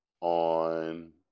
On